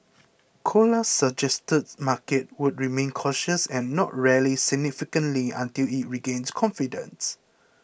colas suggested markets would remain cautious and not rally significantly until it regains confidence